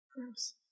Gross